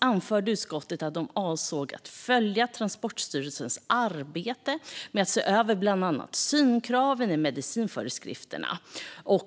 anförde utskottet i sitt betänkande att man avsåg att följa Transportstyrelsens arbete med att se över bland annat synkraven i medicinföreskrifterna.